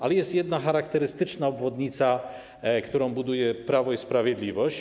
Ale jest jedna charakterystyczna obwodnica, którą buduje Prawo i Sprawiedliwość.